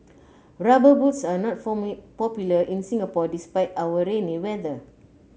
rubber boots are not popular in Singapore despite our rainy weather